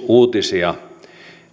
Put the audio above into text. uutisia